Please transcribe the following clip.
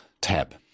tab